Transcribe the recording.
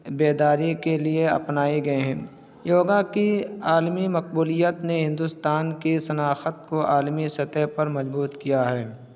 بیداری کے لیے اپنا ایک اہم یوگا کی عالمی مقبولیت نے ہندوستان کی شناخت کو عالمی سطح پر مضبوط کیا ہے